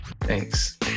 Thanks